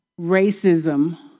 racism